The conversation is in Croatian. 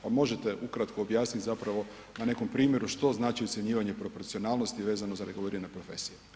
Pa možete ukratko objasnit zapravo na nekom primjeru što znači ocjenjivanje proporcionalnosti vezano za regulirane profesije.